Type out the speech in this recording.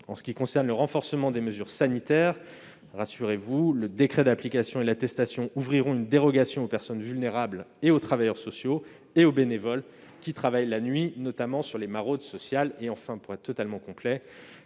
En ce qui concerne le renforcement des mesures sanitaires, rassurez-vous, le décret d'application et l'attestation ouvriront une dérogation pour les personnes vulnérables, les travailleurs sociaux et les bénévoles travaillant la nuit, notamment dans le cadre de maraudes sociales. Enfin, pour être complet,